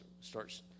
starts